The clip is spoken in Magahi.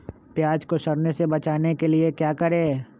प्याज को सड़ने से बचाने के लिए क्या करें?